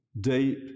deep